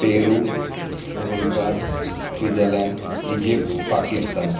Peru America Switzerland Egypt Pakistan